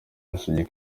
yasabye